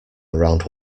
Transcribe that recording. around